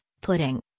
pudding